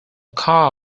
car